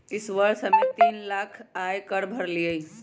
ई वर्ष हम्मे तीन लाख आय कर भरली हई